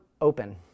open